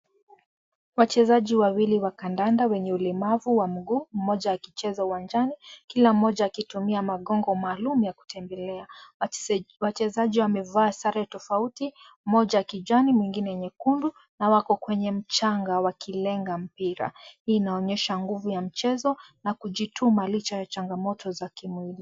Wachezaji wawili wa kandanda wenye ulemavu wa miguu mmoja akicheza uwanjani, kila mmoja akitumia magongo maalum ya kutembelea. Wachezaji wamevaa sare tofauti moja kijani mwingine nyekundu na wako kwenye mchanga wakilenga mpira hii inaonyesha nguvu ya mchezo na kujituma licha ya changamoto za kimwili.